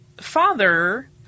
father